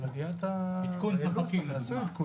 כן, על עליית --- עדכון ספקים, לדוגמה.